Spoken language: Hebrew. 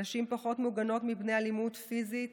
נשים פחות מוגנות מפני אלימות פיזית,